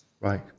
Right